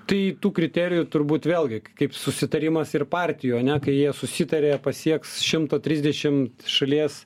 tai tų kriterijų turbūt vėlgi kaip susitarimas ir partijoj ane kai jie susitaria pasieks šimto trisdešimt šalies